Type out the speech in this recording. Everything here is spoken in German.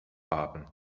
haben